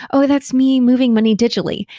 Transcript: oh, that's me moving money digitally.